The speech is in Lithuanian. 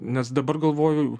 nes dabar galvoju